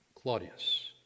Claudius